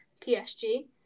PSG